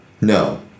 No